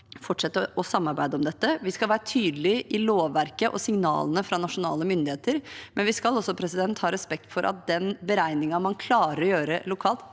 fortsette å samarbeide om dette. Vi skal være tydelig i lovverket og signalene fra nasjonale myndigheter, men vi skal også ha respekt for at den beregningen man klarer å gjøre lokalt,